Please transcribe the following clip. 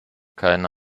keine